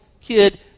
kid